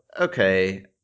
Okay